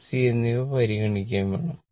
m c എന്നിവ പരിഹരിക്കുകയും വേണം